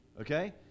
okay